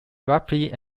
rapidly